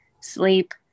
sleep